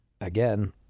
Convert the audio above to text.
again